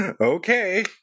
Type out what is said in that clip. Okay